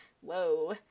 whoa